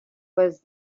was